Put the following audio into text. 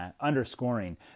underscoring